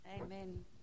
Amen